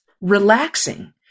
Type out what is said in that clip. relaxing